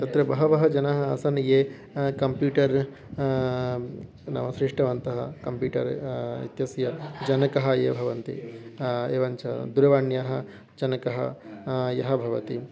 तत्र बहवः जनाः आसन् ये कम्प्यूटर् नाम फ़्रिष्टवन्तः कम्पीटर् इत्यस्य जनकः ये भवन्ति एवञ्च दूरवाण्याः जनकः यः भवति